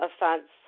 offense